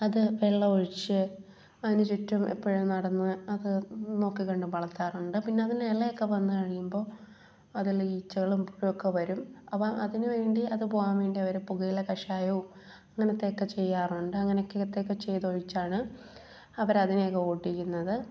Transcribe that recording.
അത് വെള്ളം ഒഴിച്ച് അതിനു ചുറ്റും എപ്പോഴും നടന്ന് അത് നോക്കി കണ്ടും വളർത്താറുണ്ട് പിന്നെ അതിന് ഇലയൊക്കെ വന്നു കഴിയുമ്പോൾ അതിൽ ഈച്ചകളും പുഴു ഒക്കെ വരും അപ്പം അതിനു വേണ്ടി അത് പോകാൻ വേണ്ടി അവർ പുകയില കഷായവും അങ്ങനത്തെയൊക്കെ ചെയ്യാറുണ്ട് അങ്ങനത്തെയൊക്കെ ചെയ്ത് ഒഴിച്ചാണ് അവർ അതിനെയൊക്കെ ഓടിക്കുന്നത്